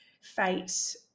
fate